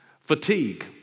Fatigue